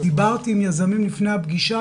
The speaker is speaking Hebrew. דיברתי עם יזמים לפני הפגישה,